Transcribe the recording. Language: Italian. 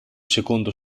secondo